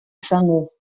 izango